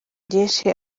byinshi